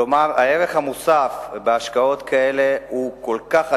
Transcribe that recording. כלומר, הערך המוסף בהשקעות כאלה הוא כל כך אדיר,